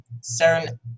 certain